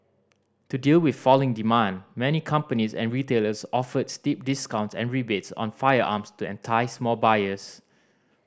to deal with falling demand many companies and retailers offered steep discounts and rebates on firearms to entice more buyers